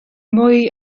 mwy